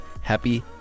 happy